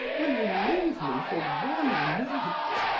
will you leave me for one night?